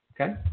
Okay